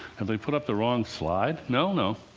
have they put up the wrong slide? no, no.